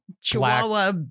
Chihuahua